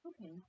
Okay